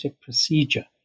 procedure